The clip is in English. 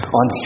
on